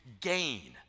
gain